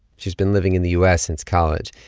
she's been living in the u s. since college.